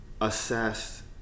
assessed